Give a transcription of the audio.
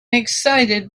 excited